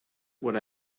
what